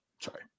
Sorry